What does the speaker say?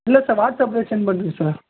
இல்லை சார் வாட்ஸ்ஆப்லேயே சென்ட் பண்ணுங்கள் சார்